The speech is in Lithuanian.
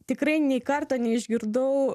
tikrai nei karto neišgirdau